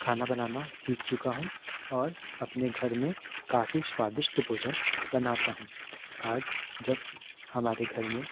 खाना बनना सीख चुका हूँ और अपने घर में काफ़ी स्वातिष्ट भोजन बनाता हूँ आज जब हमारे घर में